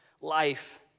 life